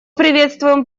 приветствуем